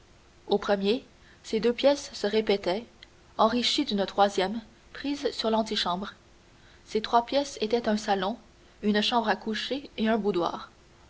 au premier ces deux pièces se répétaient enrichies d'une troisième prise sur l'antichambre ces trois pièces étaient un salon une chambre à coucher et un boudoir